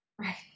Right